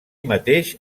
mateix